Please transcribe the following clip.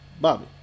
Bobby